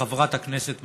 לחברת הכנסת מלינובסקי,